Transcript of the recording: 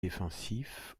défensif